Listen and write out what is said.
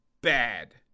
bad